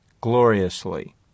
gloriously